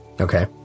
Okay